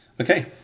Okay